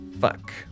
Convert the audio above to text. Fuck